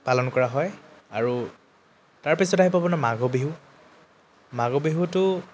পালন কৰা হয় আৰু তাৰপিছত আহি পাব আপোনাৰ মাঘৰ বিহু মাঘৰ বিহুটো